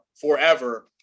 forever